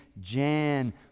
Jan